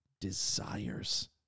desires